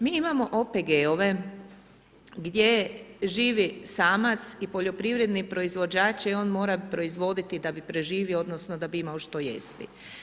Mi imamo OPG-ove gdje živi samac i poljoprivredni proizvođač i on mora proizvoditi da bi preživio, odnosno da bi imao što jesti.